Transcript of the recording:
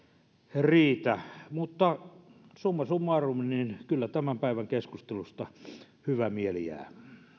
riitä mutta summa summarum kyllä tämän päivän keskustelusta hyvä mieli jää